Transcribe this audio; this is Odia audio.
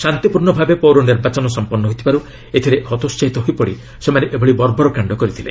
ଶାନ୍ତିପୂର୍ଣ୍ଣ ଭାବେ ପୌର ନିର୍ବାଚନ ସମ୍ପନ୍ନ ହୋଇଥିବାରୁ ଏଥିରେ ହତୋହାହିତ ହୋଇପଡ଼ି ସେମାନେ ଏଭଳି ବର୍ବର କାଷ୍ଣ କରିଥିଲେ